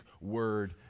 word